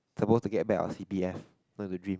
supposed to get back our C_P_F what is your dream